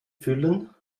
füllen